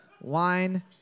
wine